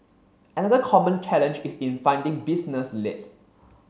another common challenge is in finding business leads